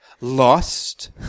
lost